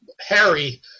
Harry